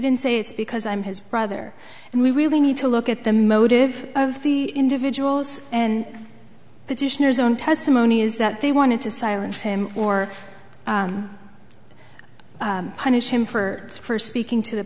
didn't say it's because i'm his brother and we really need to look at the motive of the individuals and petitioner's own testimony is that they wanted to silence him or punish him for first speaking to the